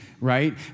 right